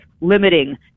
limiting